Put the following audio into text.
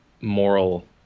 moral